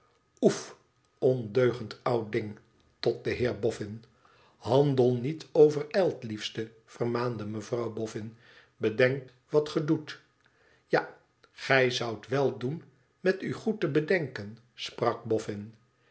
ondeugend oud ding tot den heer boffin handel niet overijld liefste vermaande mevrouw boffin bedenk wat ge doet ja gij zoudt wèl doen met u goed te bedenken sprak